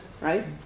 right